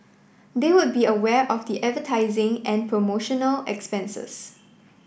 they would be aware of the advertising and promotional expenses